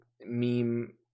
meme